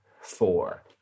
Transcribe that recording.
four